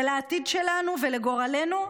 לעתיד שלנו ולגורלנו,